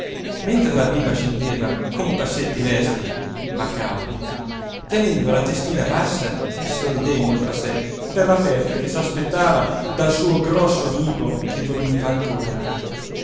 mentre la bimba scendeva con passetti lesti ma cauti tenendo la testina bassa e sorridendo tra sé per la festa che s'aspettava dal suo grosso amico che dormiva ancora